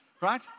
right